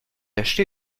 acheté